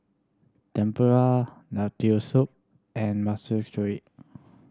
Tempura Lentil Soup and